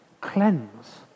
Cleanse